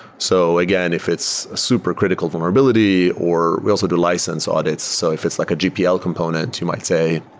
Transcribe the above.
so again, if it's a supercritical vulnerability or we also do license audits. so if it's like a gpl component, you might say,